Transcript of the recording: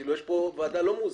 אם כן, יש כאן ועדה לא מאוזנת.